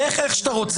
לך איך שאתה רוצה.